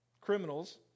criminals